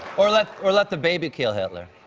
or let or let the baby kill hitler.